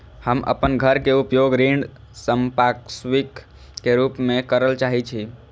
हम अपन घर के उपयोग ऋण संपार्श्विक के रूप में करल चाहि छी